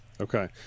Okay